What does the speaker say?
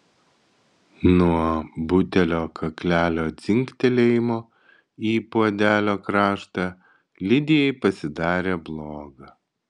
nuo butelio kaklelio dzingtelėjimo į puodelio kraštą lidijai pasidarė bloga